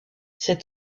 cet